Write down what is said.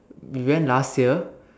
we went last year